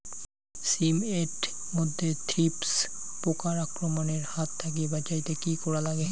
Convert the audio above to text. শিম এট মধ্যে থ্রিপ্স পোকার আক্রমণের হাত থাকি বাঁচাইতে কি করা লাগে?